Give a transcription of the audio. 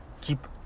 keep